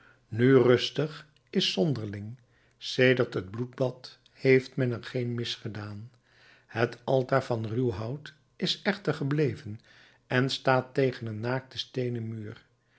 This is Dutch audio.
nu rustig is zonderling sedert het bloedbad heeft men er geen mis gedaan het altaar van ruw hout is echter gebleven en staat tegen een naakten steenen muur